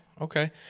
okay